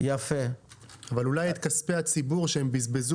אבל אולי את כספי הציבור שהם בזבזו